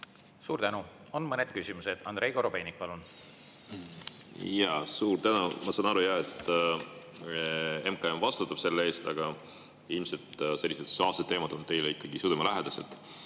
Suur tänu! On mõned küsimused. Andrei Korobeinik, palun! Suur tänu! Ma saan aru jah, et MKM vastutab selle eest, aga ilmselt sellised sotsiaalsed teemad on teile ikkagi südamelähedased.